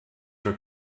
für